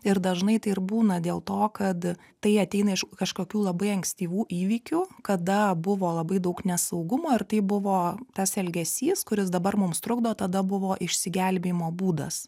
ir dažnai tai ir būna dėl to kad tai ateina iš kažkokių labai ankstyvų įvykių kada buvo labai daug nesaugumo ir tai buvo tas elgesys kuris dabar mums trukdo tada buvo išsigelbėjimo būdas